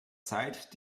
zeit